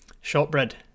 Shortbread